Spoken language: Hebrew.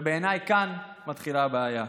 ובעיניי, כאן מתחילה הבעיה.